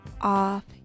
off